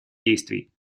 действий